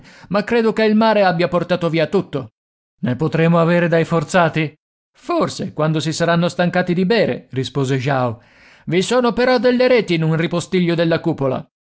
ma credo che il mare abbia portato via tutto ne potremo avere dai forzati forse quando si saranno stancati di bere rispose ao i sono però delle reti in un ripostiglio della cupola